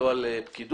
לא על פקידות.